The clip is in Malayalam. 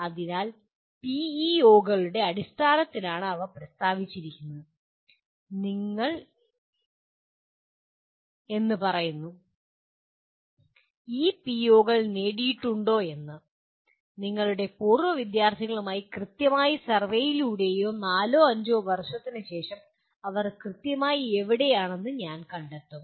അതിനാൽ പിഇഒകളുടെ അടിസ്ഥാനത്തിലാണ് അവ പ്രസ്താവിച്ചിരിക്കുന്നത് നിങ്ങൾ എന്ന് പറയുന്നു ഈ പിഇഒകൾ നേടിയിട്ടുണ്ടോ എന്ന് നിങ്ങളുടെ പൂർവ്വ വിദ്യാർത്ഥികളുമായി കൃത്യമായി സർവേയിലൂടെ നാലോ അഞ്ചോ വർഷത്തിനുശേഷം അവർ കൃത്യമായി എവിടെയാണെന്ന് ഞാൻ എങ്ങനെ കണ്ടെത്തും